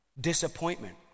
disappointment